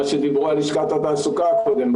מה שדיברו על לשכת התעסוקה קודם,